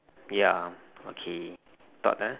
ya okay thought ah